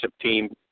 team